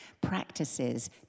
practices